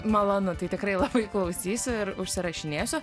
malonu tai tikrai labai klausysiu ir užsirašinėsiu